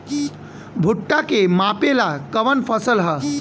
भूट्टा के मापे ला कवन फसल ह?